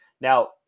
now